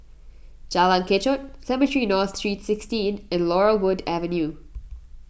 Jalan Kechot Cemetry North Saint sixteen and Laurel Wood Avenue